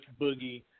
Boogie